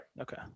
okay